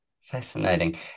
fascinating